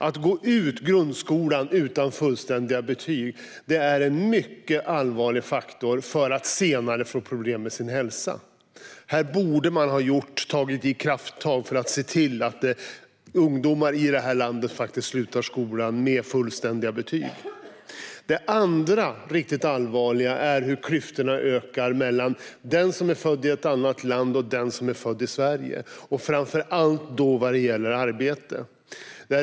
Att gå ut grundskolan utan fullständiga betyg är en starkt bidragande faktor till senare problem med hälsan. Här borde man ha tagit krafttag för att se till att ungdomar i detta land faktiskt slutar skolan med fullständiga betyg. Det andra riktigt allvarliga är hur klyftorna ökar mellan den som är född i ett annat land och den som är född i Sverige, framför allt vad gäller arbete.